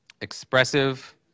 expressive